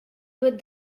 with